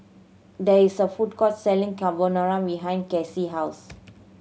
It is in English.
there is a food court selling Carbonara behind Cassie house